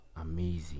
amazing